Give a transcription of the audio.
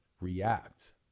react